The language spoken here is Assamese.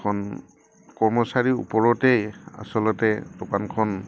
এখন কৰ্মচাৰীৰ ওপৰতেই আচলতে দোকানখন